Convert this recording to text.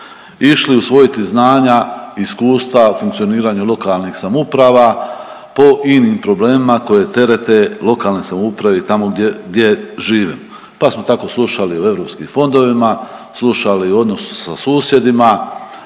Išli usvojiti znanja, iskustva, funkcioniranje lokalnih samouprava po inim problemima koje terete lokalne samouprave tamo gdje, gdje živim. Pa smo tako slušali o europskim fondovima, slušali o odnosu sa susjedima,